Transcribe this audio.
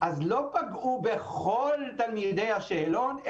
ולא פגעו בכל תלמידי השאלון,